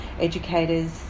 educators